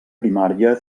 primària